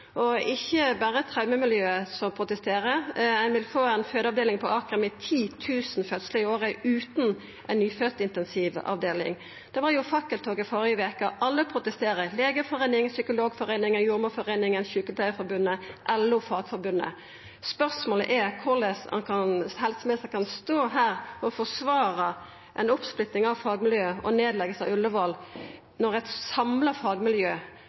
Og det er ikkje berre traumemiljøet som protesterer – ein vil få ei fødeavdeling på Aker med 10 000 fødslar i året utan ei nyføddintensivavdeling. Det var fakkeltog i førre veke. Alle protesterer: Legeforeininga, Psykologforeininga, Jordmorforeininga, Sjukepleiarforbundet, LO/Fagforbundet. Spørsmålet er korleis helseministeren kan stå her og forsvara ei oppsplitting av fagmiljøet og ei nedlegging av Ullevål, når eit samla fagmiljø